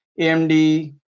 amd